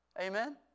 Amen